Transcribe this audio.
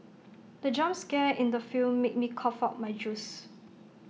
the jump scare in the film made me cough out my juice